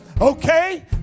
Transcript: okay